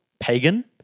Pagan